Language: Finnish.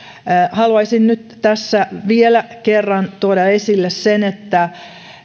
haluaisin nyt tässä vielä kerran tuoda esille sen että